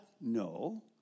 No